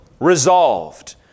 resolved